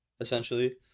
essentially